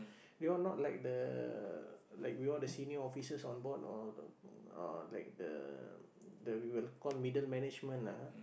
they are not like the like we all the senior offices on board or know or like the the we will call middle management lah ah